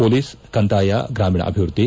police ಕಂದಾಯ ಗ್ರಾಮೀಣ ಅಭಿವೃದ್ದಿ